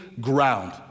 ground